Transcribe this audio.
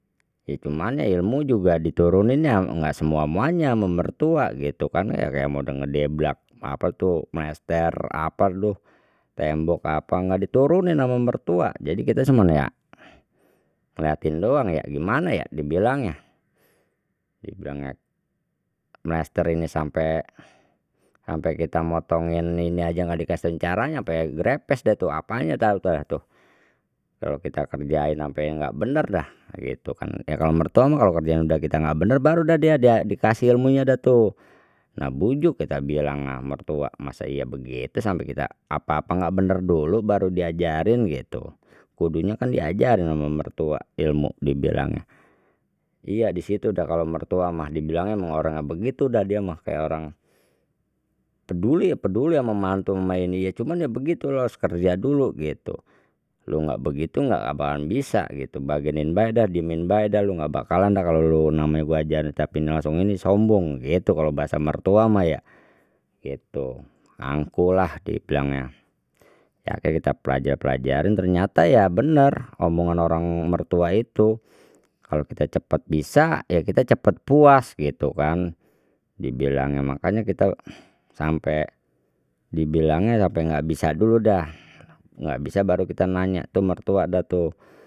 Ya cuman ya ilmu juga dituruninnya enggak semua muanya ama mertua gitu kan ya kayak model ngedeblak apa tuh mlester apa tuh tembok apa gak diturunin ama mertua jadi kita cuma ya ngeliatin doang ya gimana ya dibilangnya, dibilangnya mlester ini sampai sampai kita motongin ini aja gak dikasihin caranya ampe grepes deh tuh apanya tahu tah tuh kalau kita kerjain sampai enggak benar dah gitu kan ya kalau mertua mah kalau kerjanya sudah kita enggak benar baru dah dia dia dikasih ilmunya dah tu, nah bujuk kita bilangnya mertua, masa iya begitu sampai kita apa apa enggak benar dulu baru diajarin gitu kudunya kan diajarin sama mertua ilmu dibilangnya, iya di situ sudah kalau mertua mah dibilangnya memang orangnya begitu dah dia mah kayak orang peduli peduli ama mantu ama ini ya cuman ya begitu los kerja dulu gitu lu nggak begitu nggak bakalan bisa gitu bagenin bae dah diemin bae dah lu enggak bakalan dah kalau lu namanya gue ajarin tapi langsung ini sombong gitu kalau bahasa mertua mah ya gitu angkuhlah dibilangnya ya akhirnya kita pelajari pelajarin ternyata ya benar omongan orang mertua itu kalau kita cepet bisa ya kita cepet puas gitu kan dibilangnya, makanya kita sampai dibilangnya sampai enggak bisa dulu deh enggak bisa baru kita nanya tuh mertua dan tuh.